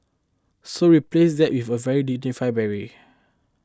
so we replaced that with a very dignified beret